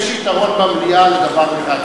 יש יתרון במליאה לדבר אחד,